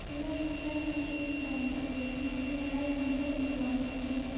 ᱥᱩᱱᱩᱢ ᱡᱮᱱᱚ ᱤᱧ ᱵᱟᱝ ᱯᱟᱹᱥᱤᱨᱟᱹᱧ ᱢᱟᱱᱮ ᱡᱟᱦᱟᱸᱭ ᱠᱷᱟᱡᱚ ᱩᱱᱤ ᱵᱟᱝ ᱯᱟᱹᱥᱤᱨᱟᱭ